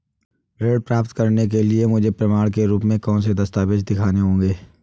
ऋण प्राप्त करने के लिए मुझे प्रमाण के रूप में कौन से दस्तावेज़ दिखाने होंगे?